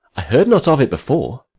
i heard not of it before.